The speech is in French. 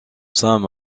sam